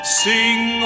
sing